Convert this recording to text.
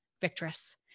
victorious